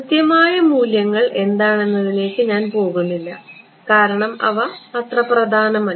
കൃത്യമായ മൂല്യങ്ങൾ എന്താണെന്നതിലേക്ക് ഞാൻ പോകുന്നില്ല കാരണം അവ പ്രധാനമല്ല